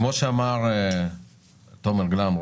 כפי שאמר תומר גלאם,